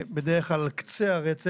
בדרך כלל על קצה הרצף